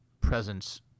presence